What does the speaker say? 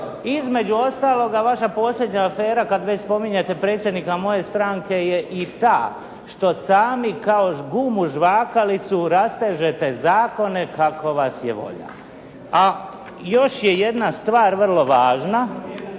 Između ostaloga, vaša posljednja afera kad već spominjete predsjednika moje stranke je i da što sami kao gumu žvakalicu rastežete zakone kako vas je volja. A još je jedna stvar vrlo važna.